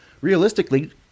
Realistically